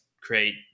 create